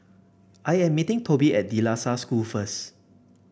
I am meeting Tobin at De La Salle School first